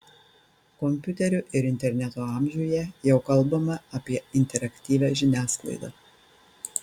kompiuterių ir interneto amžiuje jau kalbama apie interaktyvią žiniasklaidą